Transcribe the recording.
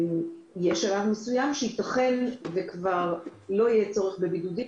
אבל ייתכן שלב מסוים שבו כבר לא יהיה יותר צורך בבידודים.